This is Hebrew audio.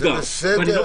זה בסדר,